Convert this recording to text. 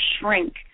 shrink